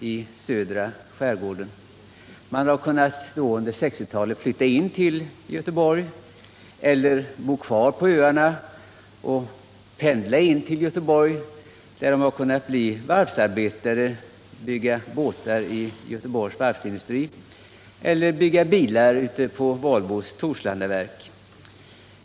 De har under 1960 talet kunnat flytta in till Göteborg, eller bo kvar på öarna och pendla in till Göteborg, där de har kunnat bygga båtar i Göteborgs varvsindustri eller bygga bilar ute på Volvos Torslandaverk.